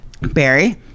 Barry